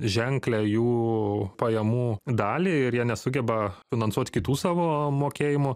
ženklią jų pajamų dalį ir jie nesugeba finansuot kitų savo mokėjimų